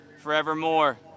forevermore